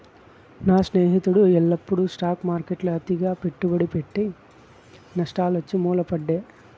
నా స్నేహితుడు ఎల్లప్పుడూ స్టాక్ మార్కెట్ల అతిగా పెట్టుబడి పెట్టె, నష్టాలొచ్చి మూల పడే